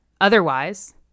Otherwise